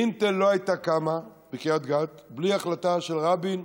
אינטל לא הייתה קמה בקריית גת בלי החלטה של רבין,